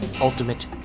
Ultimate